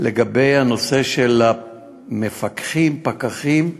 בנושא מפקחים,